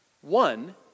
One